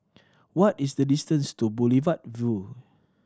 what is the distance to Boulevard Vue